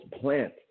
plant